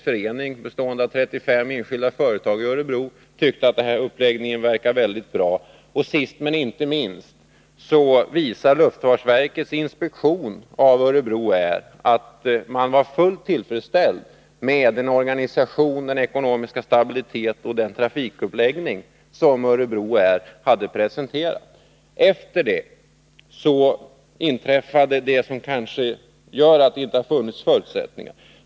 förening bestående av 35 enskilda företag i Örebro, tyckte att uppläggningen verkade bra, och sist men inte minst visade luftfartsverkets inspektion av Örebro Air att man var fullt till freds med den organisation, den ekonomiska stabilitet och den trafikuppläggning som Örebro Air hade presenterat. Därefter inträffade det som kanske gör att det inte har funnits förutsättningar.